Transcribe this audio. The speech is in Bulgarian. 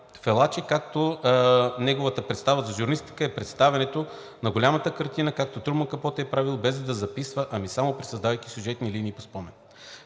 Фалачи, като неговата представа за журналистика е представянето на голямата картина, както Труман Капоти е правил, без да записва, ами само пресъздавайки сюжетни линии по спомен.